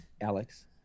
Alex